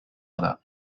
other